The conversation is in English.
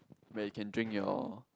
where you can drink your